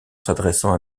s’adressant